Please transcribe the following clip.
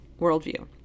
worldview